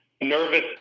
nervous